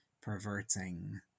perverting